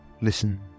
Listen